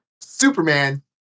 Superman